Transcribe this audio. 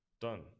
Done